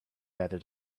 better